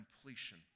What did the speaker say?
completion